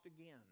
again